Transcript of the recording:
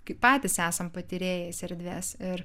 kai patys esam patyrėjais erdvės ir